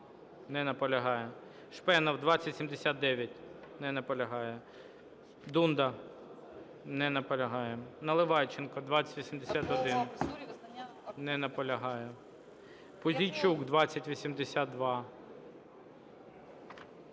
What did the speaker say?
Не наполягає. Шпенов, 2079. Не наполягає. Дунда. Не наполягає. Наливайченко, 2081. Не наполягає. Пузійчук, 2082.